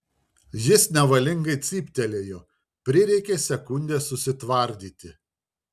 jis nevalingai cyptelėjo prireikė sekundės susitvardyti